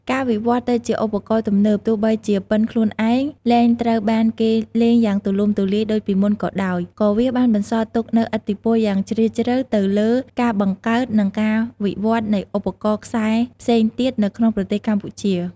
ការវិវត្តន៍ទៅជាឧបករណ៍ទំនើប ទោះបីជាពិណខ្លួនឯងលែងត្រូវបានគេលេងយ៉ាងទូលំទូលាយដូចពីមុនក៏ដោយ ក៏វាបានបន្សល់ទុកនូវឥទ្ធិពលយ៉ាងជ្រាលជ្រៅទៅលើការបង្កើត និងការវិវត្តន៍នៃឧបករណ៍ខ្សែផ្សេងទៀតនៅក្នុងប្រទេសកម្ពុជា។